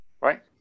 right